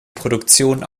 produktion